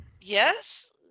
yes